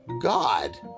God